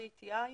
IATI,